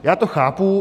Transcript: Já to chápu.